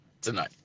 tonight